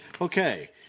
okay